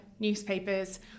Newspapers